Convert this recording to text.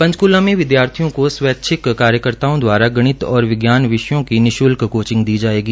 पंचकूला में विद्यार्थियों को स्वैच्छिक कार्यकर्ताओं द्वारा गणित और विज्ञान विषयों की निशुल्क कोचिंग दी जाएगी